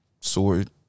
sword